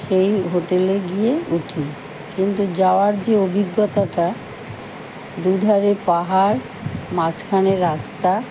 সেই হোটেলে গিয়ে উঠি কিন্তু যাওয়ার যে অভিজ্ঞতাটা দুধারে পাহাড় মাঝখানে রাস্তা